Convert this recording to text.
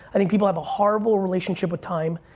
i think people have a horrible relationship with time.